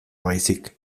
baizik